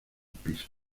pisos